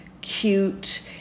cute